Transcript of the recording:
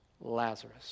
Lazarus